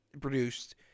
produced